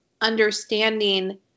understanding